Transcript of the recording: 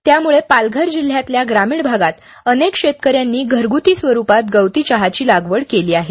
त्यामुळे पालघर जिल्ह्यातल्या ग्रामीण भागात अनेक शैतकऱ्यांनी घरगृती स्वरूपात गवती चहाची लागवड केली आहे